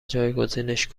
جایگزینش